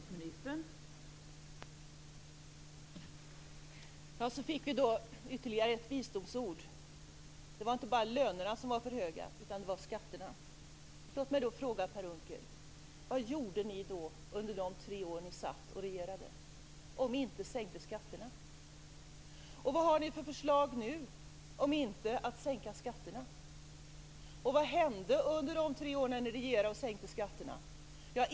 Fru talman! Så fick vi då ytterligare ett visdomsord. Det var inte bara lönerna som var för höga utan även skatterna. Låt mig då fråga Per Unckel: Vad gjorde ni under de tre år ni regerade om inte sänkte skatterna? Vad har ni för förslag nu om inte att sänka skatterna? Vad hände under de tre år som ni regerade och sänkte skatterna?